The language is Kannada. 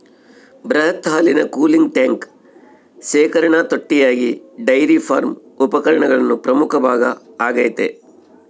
ಬೃಹತ್ ಹಾಲಿನ ಕೂಲಿಂಗ್ ಟ್ಯಾಂಕ್ ಶೇಖರಣಾ ತೊಟ್ಟಿಯಾಗಿ ಡೈರಿ ಫಾರ್ಮ್ ಉಪಕರಣಗಳ ಪ್ರಮುಖ ಭಾಗ ಆಗೈತೆ